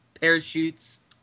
parachutes